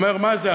אומר: מה זה,